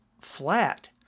flat